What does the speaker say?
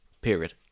period